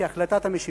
כי החלטת המשיבים,